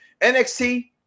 NXT